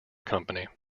company